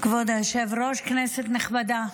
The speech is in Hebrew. כבוד היושב-ראש, כנסת נכבדה,